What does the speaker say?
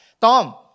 Tom